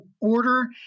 order